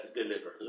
deliver